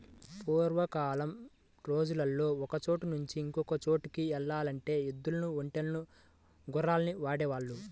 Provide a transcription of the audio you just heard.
పూర్వకాలం రోజుల్లో ఒకచోట నుంచి ఇంకో చోటుకి యెల్లాలంటే ఎద్దులు, ఒంటెలు, గుర్రాల్ని వాడేవాళ్ళు